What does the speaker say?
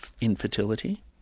infertility